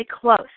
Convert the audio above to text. close